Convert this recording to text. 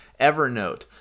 Evernote